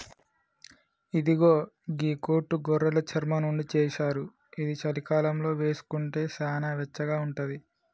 ఇగో గీ కోటు గొర్రెలు చర్మం నుండి చేశారు ఇది చలికాలంలో వేసుకుంటే సానా వెచ్చగా ఉంటది